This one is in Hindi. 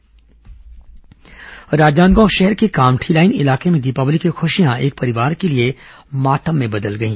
राजनांदगांव आत्महत्या राजनांदगांव शहर के कामठी लाईन इलाके में दीपावली की खुशियां एक एक परिवार के लिए मातम में बदल गई